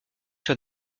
sur